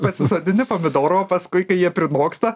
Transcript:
pasisodini pomidoro o paskui kai jie prinoksta